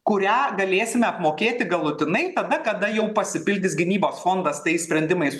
kurią galėsime apmokėti galutinai tada kada jau pasipildys gynybos fondas tais sprendimais